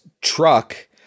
truck